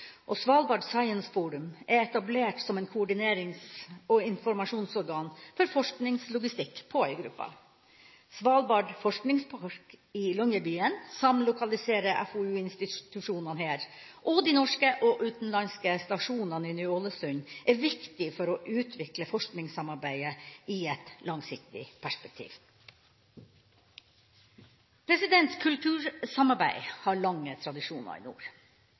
og Svalbard Science Forum er etablert som et koordinerings- og informasjonsorgan for forskningslogistikk på øygruppa. Svalbard forskningspark i Longyearbyen samlokaliserer FoU-institusjonene her, og de norske og utenlandske stasjonene i Ny-Ålesund er viktig for å utvikle forskningssamarbeidet i et langsiktig perspektiv. Kultursamarbeid har lange tradisjoner i nord.